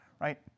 right